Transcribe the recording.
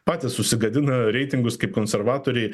patys susigadina reitingus kaip konservatoriai